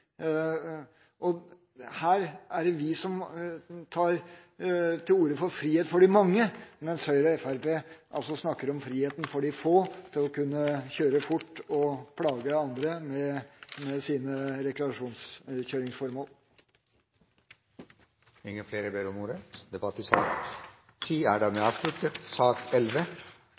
bruken. Her er det vi som tar til orde for frihet for de mange, mens Høyre og Fremskrittspartiet snakker om friheten for de få til å kunne kjøre fort og plage andre med sine rekreasjonskjøringsformål. Flere har ikke bedt om ordet til sak nr. 10. Det er fristende å kommentere forrige debatt,